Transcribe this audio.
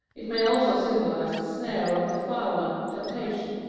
it may also symbolize the snare of the fowler, temptation.